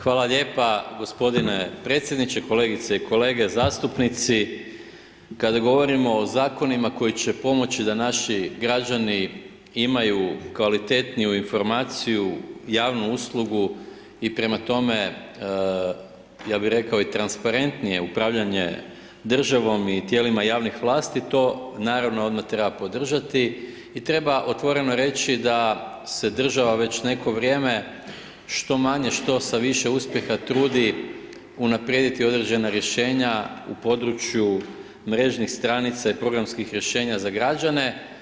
Hvala lijepa g. predsjedniče, kolegice i kolege zastupnici, kada govorimo o Zakonima koji će pomoći da naši građani imaju kvalitetniju informaciju, javnu uslugu i prema tome, ja bi rekao i transparentnije upravljanje državom i tijelima javnih vlasti, to naravno odmah treba podržati i treba otvoreno reći da se država već neko vrijeme, što manje, što sa više uspjeha, trudi unaprijediti određena rješenja u području mrežnih stranica i programskih rješenja za građane.